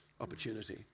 opportunity